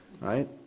right